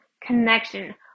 Connection